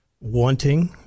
wanting